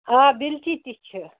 آ بیٖلچہِ تہِ چھِ